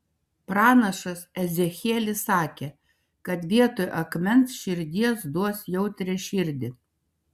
pranašas ezechielis sakė kad vietoj akmens širdies duos jautrią širdį